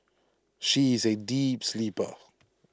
she is A deep sleeper